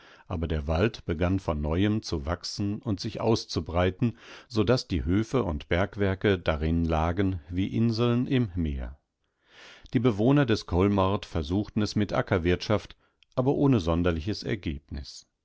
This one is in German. aber der wald begann von neuem zu wachsen und sich auszubreiten sodaßdiehöfeundbergwerkedarinlagenwieinselnimmeer die bewohner des kolmrd versuchten es mit ackerwirtschaft aber ohne sonderliches ergebnis